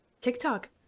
TikTok